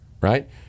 Right